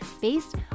based